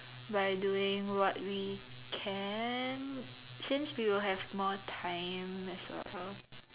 by doing what we can since we will have more time as well